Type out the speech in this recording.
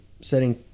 setting